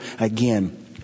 again